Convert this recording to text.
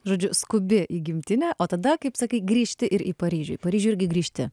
žodžiu skubi į gimtinę o tada kaip sakai grįžti ir į paryžių į paryžių irgi grįžti